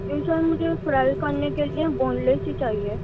جی sir مجھے fry کرنے کے لیے بون لیس ہی چاہیے